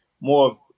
more